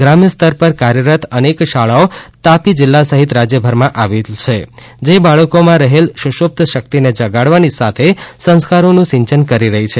ગ્રામ્ય સ્તર પર કાર્યરત નેક શાળાઓ તાપી જિલ્લા સહિત રાજ્યભરમાં આવેલ છે જે બાળકામાં રહેલ શુસુપ્ત શક્તિને જગાડવાની સાથે સાથે સંસ્કારામું સિંચન કરી રહી છે